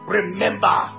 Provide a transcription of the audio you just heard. Remember